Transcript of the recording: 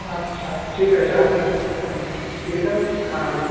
আচ্ছা ঠিক আছে আমি হ্যাঁ ঠিক আছে হ্যাঁ